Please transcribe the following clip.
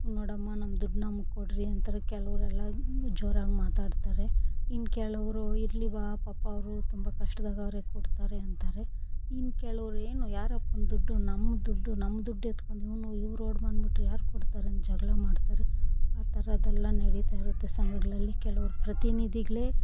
ನೋಡಮ್ಮ ನಮ್ಮ ದುಡ್ಡು ನಮ್ಗೆ ಕೊಡ್ರಿ ಅಂತಾರೆ ಕೆಲವರೆಲ್ಲ ಜೋರಾಗಿ ಮಾತಾಡ್ತಾರೆ ಇನ್ನು ಕೆಲವರು ಇರಲಿ ಬಾ ಪಾಪ ಅವರು ತುಂಬ ಕಷ್ಟದಾಗವ್ರೆ ಕೊಡ್ತಾರೆ ಅಂತಾರೆ ಇನ್ನು ಕೆಲವರು ಏನು ಯಾರಪ್ಪನ ದುಡ್ಡು ನಮ್ಮ ದುಡ್ಡು ನಮ್ಮ ದುಡ್ಡು ಎತ್ಕೊಂಡು ಇವನು ಇವ್ರು ಓಡಿ ಬನ್ಬಿಟ್ರೆ ಯಾರು ಕೊಡ್ತಾರೆ ಅಂತ ಜಗಳ ಮಾಡ್ತಾರೆ ಆ ಥರದೆಲ್ಲ ನಡೀತಾ ಇರುತ್ತೆ ಸಂಘಗ್ಳಲ್ಲಿ ಕೆಲವರು ಪ್ರತಿನಿಧಿಗಳೆ